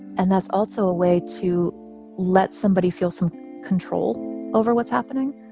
and that's also a way to let somebody feel some control over what's happening.